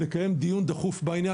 לקיים דיון דחוף בעניין,